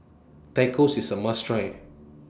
Tacos IS A must Try